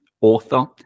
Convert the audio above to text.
author